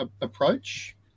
approach